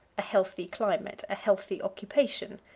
a healthy climate. a healthy occupation.